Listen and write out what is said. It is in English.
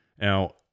Now